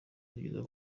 zageze